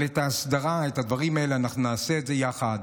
את ההסדרה, את הדברים האלה, אנחנו נעשה ביחד.